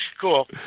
Cool